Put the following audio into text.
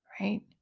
Right